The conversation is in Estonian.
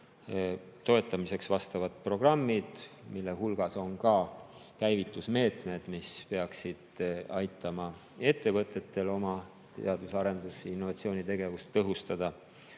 toetamiseks. On vastavad programmid, mille hulgas on ka käivitusmeetmed, mis peaksid aitama ettevõtetel oma teadus- ja arendus- ning innovatsioonitegevust tõhustada.